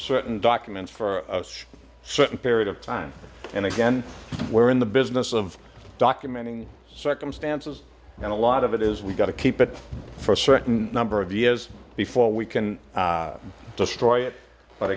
certain documents for a certain period of time and again we're in the business of documenting circumstances and a lot of it is we've got to keep it for a certain number of years before we can destroy it but